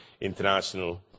International